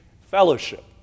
Fellowship